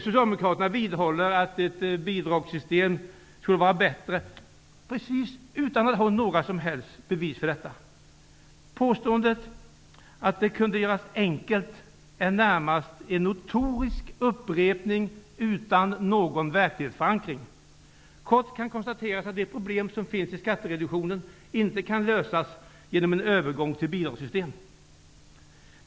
Socialdemokraterna vidhåller att ett bidragssystem skulle vara bättre, utan att ha några som helst bevis för detta. Påståendet att det kan göras enkelt är närmast en notorisk upprepning utan verklighetsförankring. Kortfattat kan konstateras att de problem som finns med skattereduktionen inte kan lösas genom en övergång till ett bidragssystem.